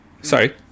Sorry